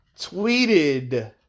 tweeted